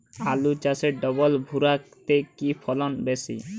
আলু চাষে ডবল ভুরা তে কি ফলন বেশি?